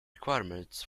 requirements